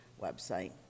website